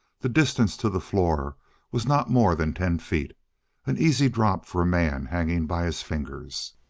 the distance to the floor was not more than ten feet an easy drop for a man hanging by his fingers.